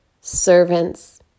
servants